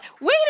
wait